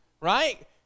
right